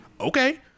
okay